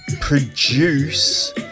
produce